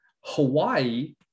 Hawaii